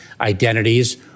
identities